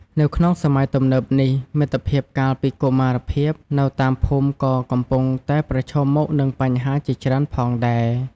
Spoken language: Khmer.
នៅក្នុងសម័យទំនើបនេះ មិត្តភាពកាលពីកុមារភាពនៅតាមភូមិក៏កំពុងតែប្រឈមមុខនឹងបញ្ហាជាច្រើនផងដែរ។